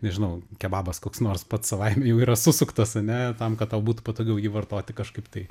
nežinau kebabas koks nors pats savaime jau yra susuktas ane tam kad tau būtų patogiau jį vartoti kažkaip tai